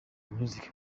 music